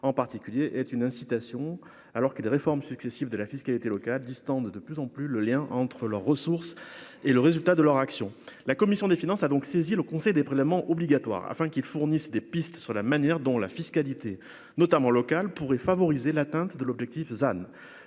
en particulier est une incitation alors qu'les réformes successives de la fille qui été le distant de plus en plus le lien entre leurs ressources et le résultat de leur action, la commission des finances, a donc saisi le Conseil des prélèvements obligatoires, afin qu'ils fournissent des pistes sur la manière dont la fiscalité notamment locales pourrait favoriser l'atteinte de l'objectif,